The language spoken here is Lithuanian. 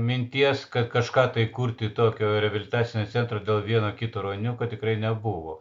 minties kad kažką tai kurti tokio reabilitacinio centro vieno kito ruoniuko tikrai nebuvo